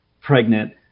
pregnant